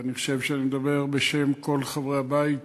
ואני חושב שאני מדבר בשם כל חברי הבית